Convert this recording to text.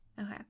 okay